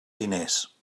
diners